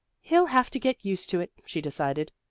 he'll have to get used to it, she decided,